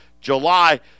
July